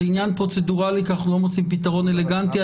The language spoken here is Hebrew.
זה עניין פרוצדורלי כי אנחנו לא מוצאים פתרון אלגנטי.